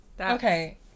Okay